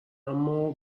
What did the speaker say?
اما